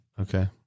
Okay